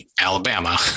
Alabama